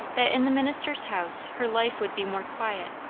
that in the minister's house her life would be more quiet,